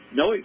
no